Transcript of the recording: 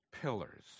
pillars